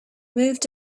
moved